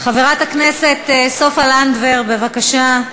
חברת הכנסת סופה לנדבר, בבקשה.